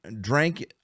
drank